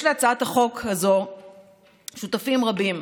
יש להצעת החוק הזאת שותפים רבים,